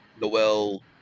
Noel